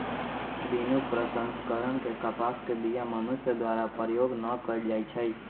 बिनु प्रसंस्करण के कपास के बीया मनुष्य द्वारा प्रयोग न कएल जाइ छइ